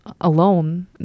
alone